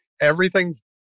everything's